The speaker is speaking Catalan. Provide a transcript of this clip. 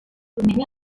domini